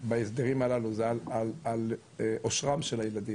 בהסדרים הללו זה על אושרם של הילדים,